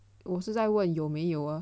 我是在问有没有啊